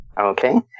okay